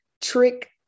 trick